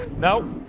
no